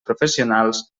professionals